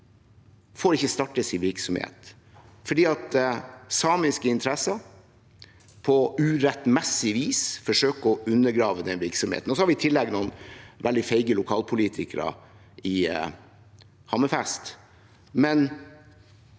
får ikke starte sin virksomhet fordi samiske interesser på urettmessig vis forsøker å undergrave den virksomheten. I tillegg har vi noen veldig feige lokalpolitikere i Hammerfest. Men